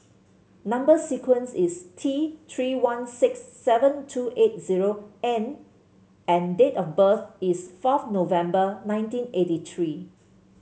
number sequence is T Three one six seven two eight zero N and date of birth is fourth November nineteen eighty three